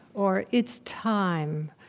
or it's time,